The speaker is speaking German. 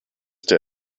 der